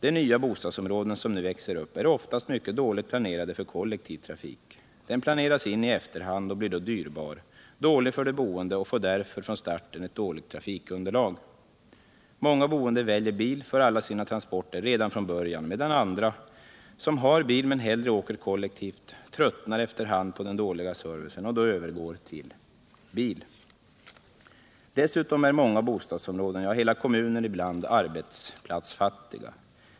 De nya bostadsområden som nu växer upp är oftast mycket dåligt planerade för kollektiv trafik. Den planeras in i efterhand och blir då dyrbar och dålig för de boende, och den får därför från starten ett dåligt trafikunderlag. Många boende väljer bil för alla sina transporter redan från början, medan andra, som har bil men hellre åker kollektivt, efter hand tröttnar på den dåliga servicen och övergår till bil. Dessutom är många bostadsområden — ja, hela kommuner ibland — arbetsplatsfattiga.